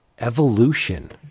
Evolution